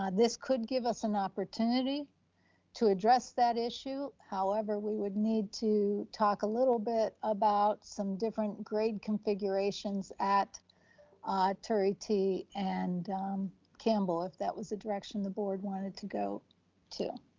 ah this could give us an opportunity to address that issue, however, we would need to talk a little bit about some different grade configurations at turie t. and campbell, if that was the direction the board wanted to go to.